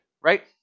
right